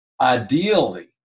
Ideally